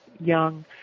young